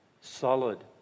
Solid